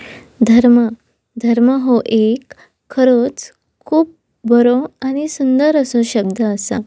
धर्म धर्म हो एक खरोच खूब बरो आनी सुंदर असो शब्द आसा